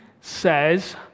says